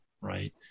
right